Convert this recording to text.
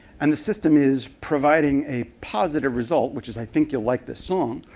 and the system is providing a positive result, which is i think you'll like this song,